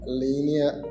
linear